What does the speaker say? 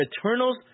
Eternals